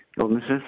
illnesses